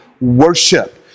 worship